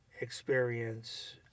experience